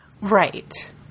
Right